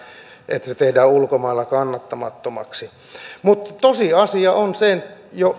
että se tehdään ulkomailla kannattamattomaksi mutta tosiasia on se